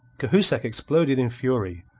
cahusac exploded in fury.